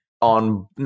On